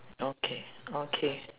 okay okay